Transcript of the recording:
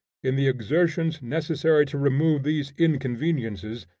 in the exertions necessary to remove these inconveniences,